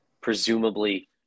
presumably